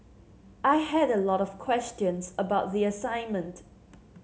I had a lot of questions about the assignment